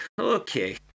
okay